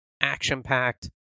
Action-packed